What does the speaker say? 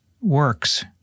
works